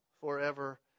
forever